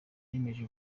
yemeje